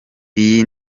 iyi